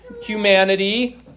humanity